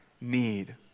need